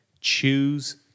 choose